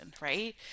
right